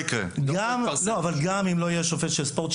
גם אם לא יהיה שופט של ספורט,